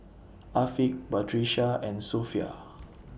Afiq Batrisya and Sofea